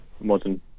modern